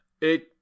It